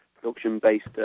production-based